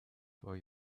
for